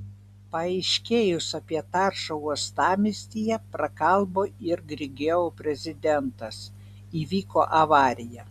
paaiškėjus apie taršą uostamiestyje prakalbo ir grigeo prezidentas įvyko avarija